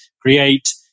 create